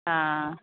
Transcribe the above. ആ